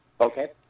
Okay